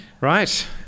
Right